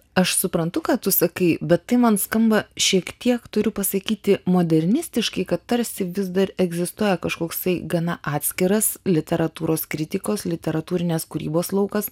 aš suprantu ką tu sakai bet tai man skamba šiek tiek turiu pasakyti modernistiškai kad tarsi vis dar egzistuoja kažkoksai gana atskiras literatūros kritikos literatūrinės kūrybos laukas